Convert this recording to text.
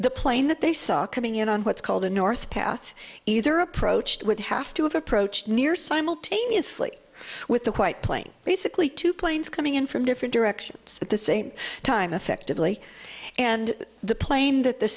the plane that they saw coming in on what's called the north path either approached would have to have approached near simultaneously with the white plane basically two planes coming in from different directions at the same time effectively and the plane that th